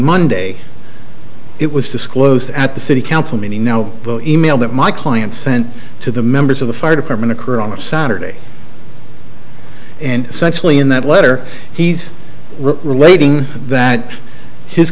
monday it was disclosed at the city council meeting no email that my client sent to the members of the fire department occurred on a saturday and secondly in that letter he's relating that his